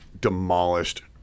demolished –